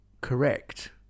correct